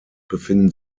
befinden